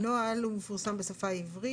הנוהל הוא מפורסם בשפה העברית,